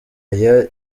aya